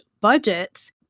budgets